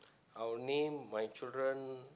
I would name my children